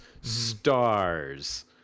Stars